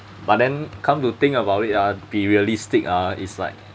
but then come to think about it uh be realistic uh is like